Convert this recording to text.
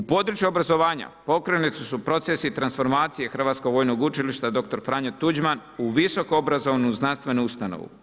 U području obrazovanja pokrenuti su procesi transformacije Hrvatskog vojnog učilišta Dr. Franjo Tuđman u visokoobrazovnu znanstvenu ustanovu.